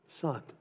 Son